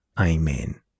Amen